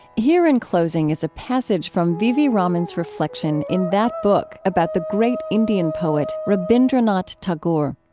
here, in closing, is a passage from v v. raman's reflection in that book about the great indian poet, rabindranath tagore.